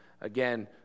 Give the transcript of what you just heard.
again